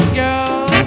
girl